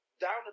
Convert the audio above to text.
down